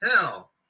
Hell